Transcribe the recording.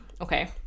Okay